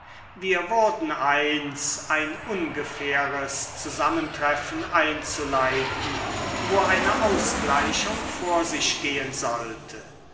wir wurden eins ein ungefähres zusammentreffen einzuleiten wo eine ausgleichung vor sich gehen sollte